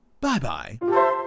Bye-bye